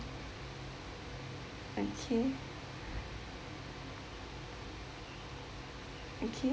okay okay